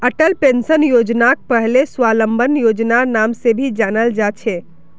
Atal pension योजनाक पहले स्वाबलंबन योजनार नाम से भी जाना जा छे